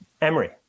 Emery